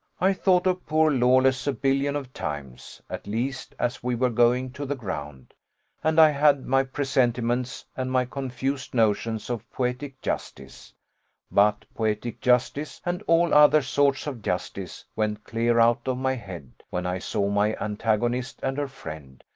i thought of poor lawless a billion of times, at least, as we were going to the ground and i had my presentiments, and my confused notions of poetic justice but poetic justice, and all other sorts of justice, went clear out of my head, when i saw my antagonist and her friend,